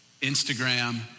Instagram